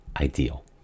ideal